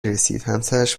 رسیدهمسرش